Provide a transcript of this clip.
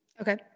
Okay